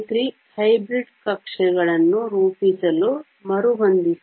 sp3 hybrid ಕಕ್ಷೆಗಳನ್ನು ರೂಪಿಸಲು ಮರುಹೊಂದಿಸಿ